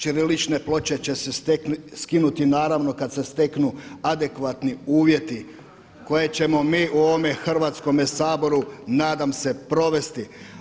Ćirilične ploče će se skinuti naravno kada se steknu adekvatni uvjeti koje ćemo mi u ovome Hrvatskome saboru nadam se provesti.